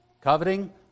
coveting